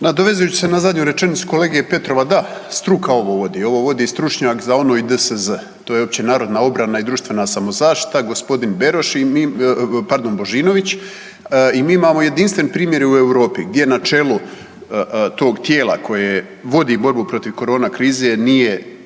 Nadovezujući se na zadnju rečenicu kolege Petrova, da, struka ovo vodi, ovo vodi stručnjak za ONO i DSZ, to je općenarodna obrana i društvena samozaštita g. Božinović i mi imamo jedinstven primjer i u Europi gdje na čelu tog tijela koje vodi borbu protiv korona krize nije